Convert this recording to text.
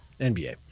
nba